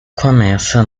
começa